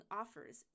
offers